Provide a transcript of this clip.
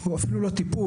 או אפילו לא טיפול,